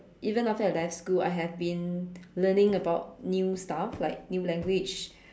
even after I left school I have been learning about new stuff like new language